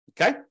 Okay